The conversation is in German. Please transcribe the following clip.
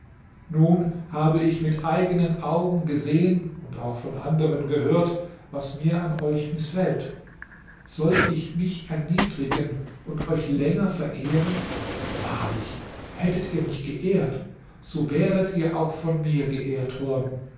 nun habe ich mit eigenen augen gesehen und auch von anderen gehört was mir an euch mißfällt soll ich mich erniedrigen und euch länger verehren wahrlich hättet ihr mich geehrt so wäret ihr auch von mir geehrt worden